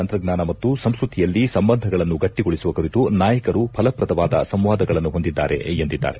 ತಂತ್ರಜ್ಞಾನ ಮತ್ತು ಸಂಸ್ಕೃತಿಯಲ್ಲಿ ಸಂಬಂಧಗಳನ್ನು ಗಟ್ಟಗೊಳಿಸುವ ಕುರಿತು ನಾಯಕರು ಫಲಪ್ರದವಾದ ಸಂವಾದಗಳನ್ನು ಹೊಂದಿದ್ದರು ಎಂದಿದ್ದಾರೆ